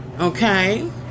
okay